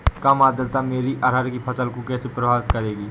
कम आर्द्रता मेरी अरहर की फसल को कैसे प्रभावित करेगी?